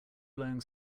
blowing